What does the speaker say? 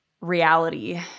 reality